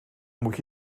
moet